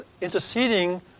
interceding